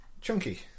Chunky